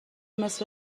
مثل